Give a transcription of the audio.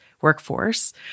workforce